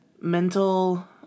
mental